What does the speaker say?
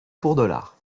pour